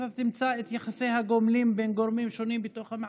אתה תמצא את יחסי הגומלין בין גורמים שונים בתוך המערכת.